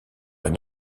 une